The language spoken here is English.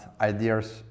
ideas